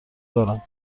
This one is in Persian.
دارم